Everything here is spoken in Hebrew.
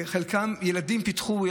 את חלקם ילדים פיתחו,